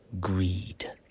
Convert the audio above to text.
greed